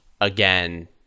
again